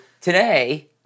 today